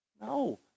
No